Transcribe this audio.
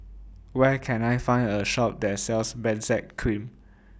Where Can I Find A Shop that sells Benzac Cream